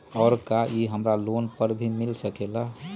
और का इ हमरा लोन पर भी मिल सकेला?